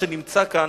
שנמצא כאן,